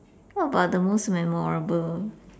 what about the most memorable